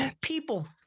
People